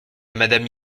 madame